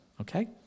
okay